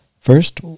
first